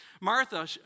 Martha